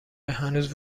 هنوز